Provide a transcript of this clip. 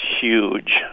huge